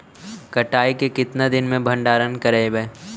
कटाई के कितना दिन मे भंडारन करबय?